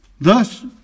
Thus